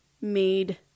made